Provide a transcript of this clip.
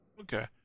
Okay